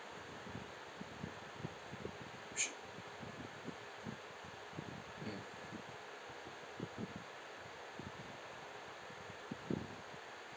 sh~ mm